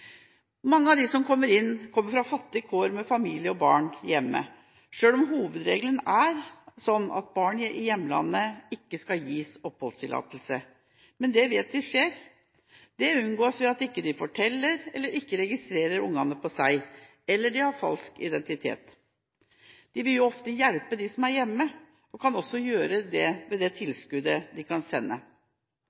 Mange av dem som kommer hit, kommer fra fattige kår, med familie og barn hjemme, selv om hovedregelen er at barn i hjemlandet ikke skal gi oppholdstillatelse. Men det vet vi skjer. Det unngås ved at de ikke forteller, ikke registrerer ungene på seg selv eller har falsk identitet. De vil jo ofte hjelpe dem som er igjen hjemme – og kan også gjøre det med det tilskuddet de kan sende